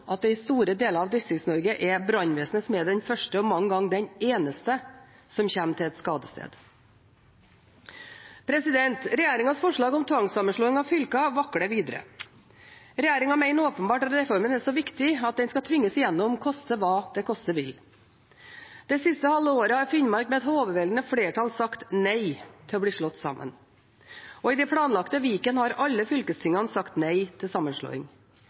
at det i store deler av Distrikts-Norge er brannvesenet som er den første og mange ganger den eneste som kommer til et skadested. Regjeringens forslag om tvangssammenslåing av fylker vakler videre. Regjeringen mener åpenbart at reformen er så viktig at den skal tvinges gjennom koste hva det koste vil. Det siste halve året har Finnmark med et overveldende flertall sagt nei til å bli slått sammen, og i det planlagte Viken har alle fylkestingene sagt nei til sammenslåing.